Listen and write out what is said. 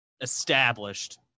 established